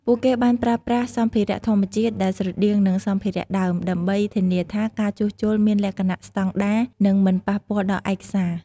ពួកគេបានប្រើប្រាស់សម្ភារៈធម្មជាតិដែលស្រដៀងនឹងសម្ភារៈដើម ដើម្បីធានាថាការជួសជុលមានលក្ខណៈស្តង់ដារ និងមិនប៉ះពាល់ដល់ឯកសារ។